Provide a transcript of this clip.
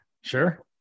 Sure